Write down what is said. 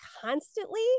constantly